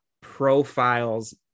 profiles